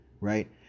right